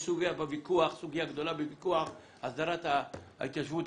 יש סוגיה גדולה בוויכוח, הסדרת ההתיישבות